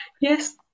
Yes